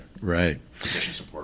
Right